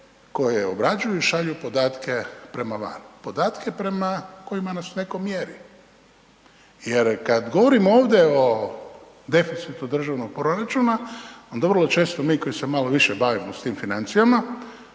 je obrađuju i šalju podatke prema van. Podatke prema kojima nas netko mjeri jer kad govorimo ovdje o deficitu državnog proračuna, onda vrlo često mi koji se malo više bavimo s tim financijama,